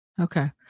Okay